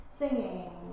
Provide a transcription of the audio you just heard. singing